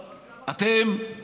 אתם,